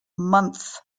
month